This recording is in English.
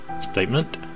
statement